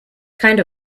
kind